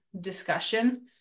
discussion